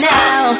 now